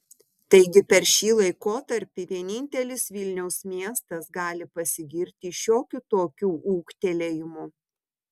taigi per šį laikotarpį vienintelis vilniaus miestas gali pasigirti šiokiu tokiu ūgtelėjimu